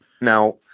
Now